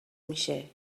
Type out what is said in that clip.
میشه